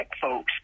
folks